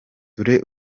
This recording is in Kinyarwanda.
dore